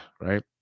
right